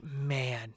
man